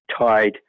tied